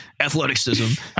Athleticism